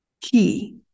key